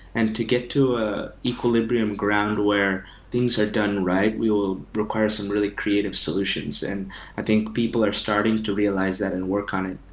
and to get to an ah equilibrium ground where things are done right, we will require some really creative solutions. and i think people are starting to realize that and work on it.